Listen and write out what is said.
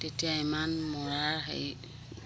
তেতিয়া ইমান মৰাৰ হেৰি